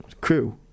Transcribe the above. Crew